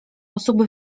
osób